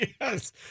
Yes